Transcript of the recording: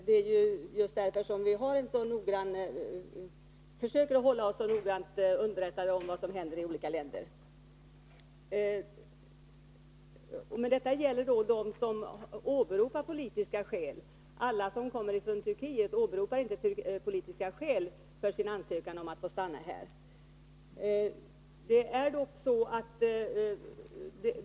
Det är ju just med hänsyn till dessa som vi försöker hålla oss så noggrant underrättade om vad som händer i olika länder. Detta gäller då dem som åberopar politiska skäl. Alla som kommer från Turkiet åberopar inte politiska skäl för sin ansökan om att få stanna här.